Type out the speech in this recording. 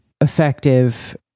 effective